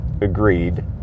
agreed